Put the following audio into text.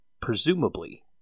presumably